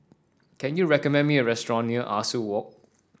can you recommend me a restaurant near Ah Soo Walk